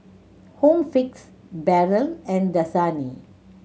Home Fix Barrel and Dasani